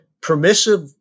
permissive